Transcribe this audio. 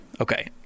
Okay